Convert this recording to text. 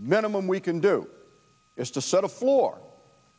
minimum we can do is to set a floor